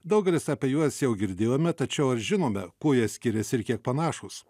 daugelis apie juos jau girdėjome tačiau ar žinome kuo jie skiriasi ir kiek panašūs